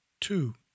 two